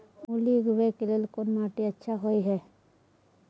मूली उगाबै के लेल कोन माटी अच्छा होय है?